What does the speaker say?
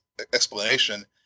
explanation